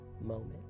moment